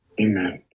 Amen